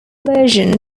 version